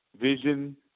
vision